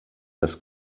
das